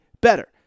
better